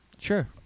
Sure